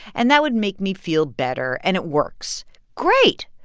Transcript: and that would make me feel better. and it works great.